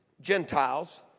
Gentiles